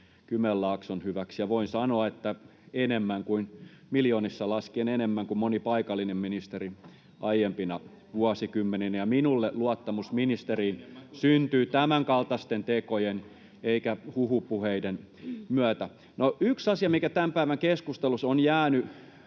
Kymenlaakson, hyväksi, ja voin sanoa, että miljoonissa laskien enemmän kuin moni paikallinen ministeri aiempina vuosikymmeninä. [Vilhelm Junnila: Enemmän kuin keskustan ministerit!] Ja minulle luottamus ministeriin syntyy tämänkaltaisten tekojen eikä huhupuheiden myötä. No, yksi asia, mikä tämän päivän keskustelussa on jäänyt